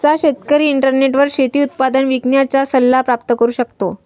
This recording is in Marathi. आजचा शेतकरी इंटरनेटवर शेती उत्पादन विकण्याचा सल्ला प्राप्त करू शकतो